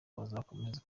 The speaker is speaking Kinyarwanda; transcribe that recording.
bazakomeza